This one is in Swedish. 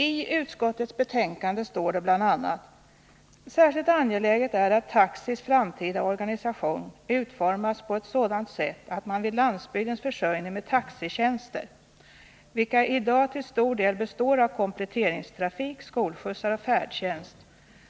I utskottets betänkande står det bl.a. följande: ”Särskilt angeläget är att taxis framtida organisation utformas på ett sådant sätt att man vid landsbygdens försörjning med taxitjänster, vilka i dag till stor del består av kompletteringstrafik, skolskjutsar och färdtjänst,